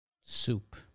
Soup